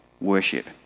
worship